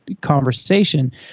conversation